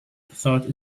thought